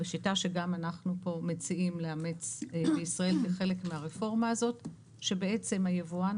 בשיטה שגם אנחנו מציעים לאמץ בישראל כחלק מהרפורמה הזאת כאשר בעצם ליבואן